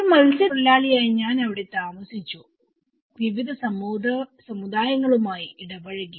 ഒരു മത്സ്യത്തൊഴിലാളിയായി ഞാൻ അവിടെ താമസിച്ചു വിവിധ സമുദായങ്ങളുമായി ഇടപഴകി